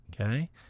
Okay